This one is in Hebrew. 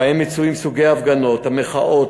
ובהם מצוינים סוגי ההפגנות: מחאות,